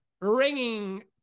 ringing